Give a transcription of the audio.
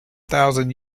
thousand